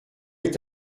est